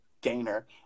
gainer